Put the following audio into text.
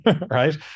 right